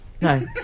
No